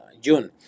June